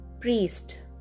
priest